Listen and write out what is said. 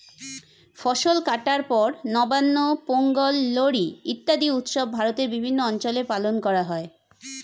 ফসল কাটার পর নবান্ন, পোঙ্গল, লোরী ইত্যাদি উৎসব ভারতের বিভিন্ন অঞ্চলে পালন করা হয়